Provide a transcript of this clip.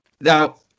now